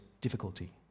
difficulty